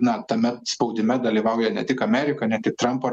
na tame spaudime dalyvauja ne tik amerika ne tik trampo